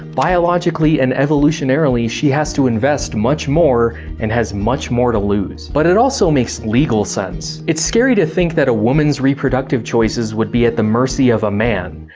biologically and evolutionarily she has to invest much more and has much more to lose. but it also makes legal sense. it's scary to think that a woman's reproductive choices would be at the mercy of a man,